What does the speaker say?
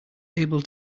able